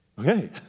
Okay